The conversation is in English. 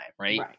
Right